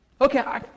Okay